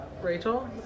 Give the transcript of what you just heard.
Rachel